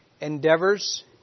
endeavors